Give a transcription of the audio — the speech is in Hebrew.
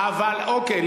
אבל אוקיי,